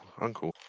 uncle